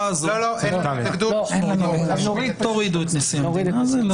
אז תורידו את נשיא המדינה.